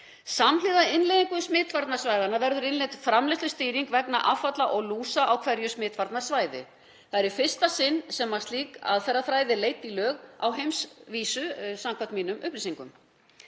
Samhliða innleiðingu smitvarnasvæðanna verður innleidd framleiðslustýring vegna affalla og lúsa á hverju smitvarnasvæði. Það er í fyrsta sinn sem slík aðferðafræði er leidd í lög á heimsvísu samkvæmt mínum upplýsingum.